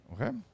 Okay